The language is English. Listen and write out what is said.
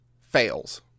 fails